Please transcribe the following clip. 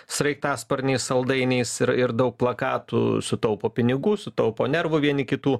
sraigtasparniais saldainiais ir ir daug plakatų sutaupo pinigų sutaupo nervų vieni kitų